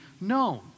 known